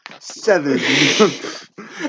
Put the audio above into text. Seven